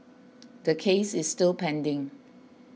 the case is still pending